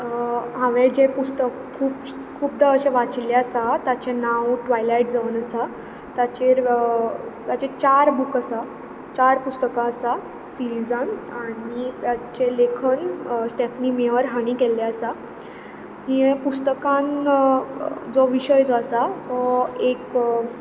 हांवें जें पुस्तक खूब खूबदां अशें वाचिल्लें आसा ताचें नांव ट्वायलायट जावन आसा ताचेर ताचे चार बूक आसा चार पुस्तकां आसा सिरिजांत आनी ताचें लेखन स्टेफ्नी मेयर हांणीं केल्लें आसा हे पुस्तकान जो विशय जो आसा तो एक